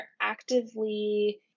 actively